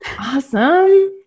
awesome